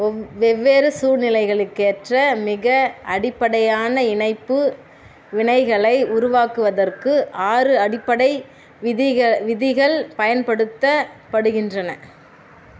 ஒவ் வெவ்வேறு சூழ்நிலைகளுக்கேற்ற மிக அடிப்படையான இணைப்பு வினைகளை உருவாக்குவதற்கு ஆறு அடிப்படை விதிகள் விதிகள் பயன்படுத்தப்படுகின்றன